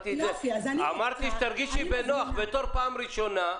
אמרתי, תרגישי בנוח, בתור פעם ראשונה.